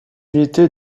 unité